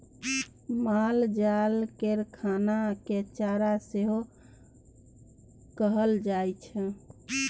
मालजाल केर खाना केँ चारा सेहो कहल जाइ छै